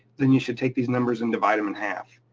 then you should take these numbers and divide them in half.